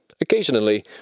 Occasionally